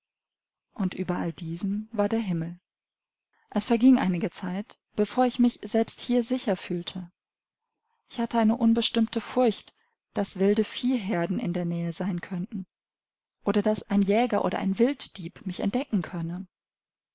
und über all diesem war der himmel es verging einige zeit bevor ich mich selbst hier sicher fühlte ich hatte eine unbestimmte furcht daß wilde viehherden in der nähe sein könnten oder daß ein jäger oder ein wilddieb mich entdecken könne